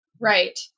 Right